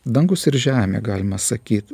dangus ir žemė galima sakyt